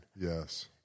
yes